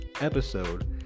episode